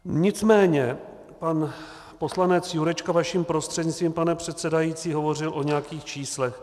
Nicméně pan poslanec Jurečka vaším prostřednictvím, pane předsedající, hovořil o nějakých číslech.